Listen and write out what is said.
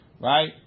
right